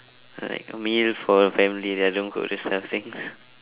like a meal for a family then I don't cook this kind of things